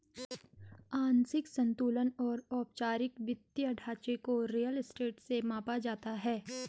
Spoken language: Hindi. आंशिक संतुलन और औपचारिक वित्तीय ढांचे को रियल स्टेट से मापा जाता है